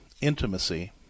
intimacy